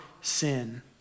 sin